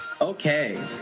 Okay